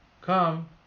come